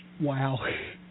Wow